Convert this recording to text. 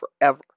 forever